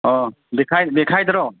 ꯑꯣ ꯕꯦꯛꯈꯥꯏ ꯕꯦꯛꯈꯥꯏꯗꯔꯣ